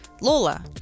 Lola